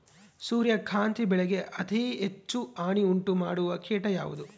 ಸೂರ್ಯಕಾಂತಿ ಬೆಳೆಗೆ ಅತೇ ಹೆಚ್ಚು ಹಾನಿ ಉಂಟು ಮಾಡುವ ಕೇಟ ಯಾವುದು?